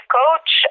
coach